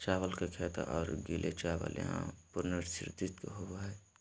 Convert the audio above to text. चावल के खेत और गीले चावल यहां पुनर्निर्देशित होबैय हइ